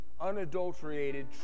unadulterated